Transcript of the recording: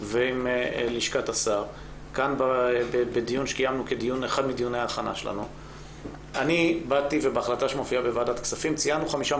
אומרת שעד ה-20 בינואר תדע להגיד לנו מהם חמשת